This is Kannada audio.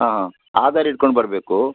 ಹಾಂ ಹಾಂ ಆಧಾರ್ ಹಿಡ್ಕೊಂಡ್ ಬರಬೇಕು